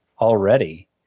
already